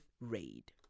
Raid